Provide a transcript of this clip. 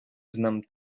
znam